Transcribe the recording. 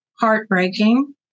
heartbreaking